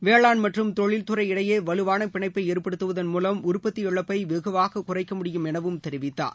வேளாண் மற்றும் தொழில்துறை இடையே வலுவாள பிணைப்பை ஏற்படுத்துவதன் மூலம் உற்பத்தி இழப்பை வெகுவாக குறைக்க முடியும் என தெரிவித்தார்